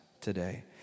today